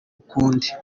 ukundi